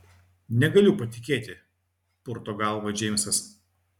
negaliu patikėti purto galvą džeimsas